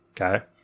Okay